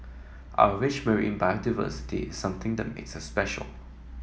our rich marine biodiversity is something that makes us special